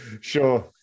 sure